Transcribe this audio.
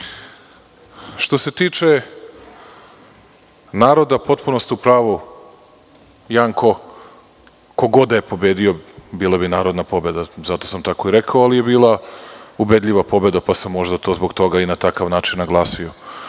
se tiče naroda, potpuno ste u pravu Janko, ko god da je pobedio bila bi narodna pobeda, zato sam tako i rekao. Bila je ubedljiva pobeda, pa sam možda to zbog toga i na takav način naglasio.